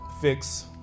fix